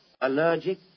Allergic